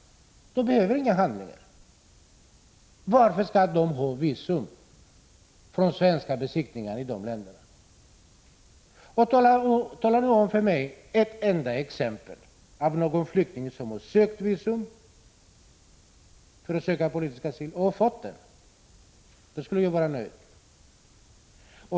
De behöver inga handlingar över huvud taget. Varför skall de ha visum från de svenska beskickningarna i de länder som de kommer från? Ge mig nu ett enda exempel på en flykting som har ansökt om visum för att söka politisk asyl och som har fått det! Då skall jag vara nöjd.